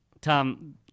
Tom